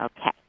Okay